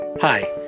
Hi